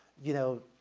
you know,